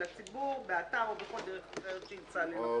לציבור, באתר או בכל דרך אחרת שימצא לנכון".